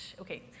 Okay